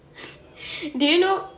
do you know